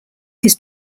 his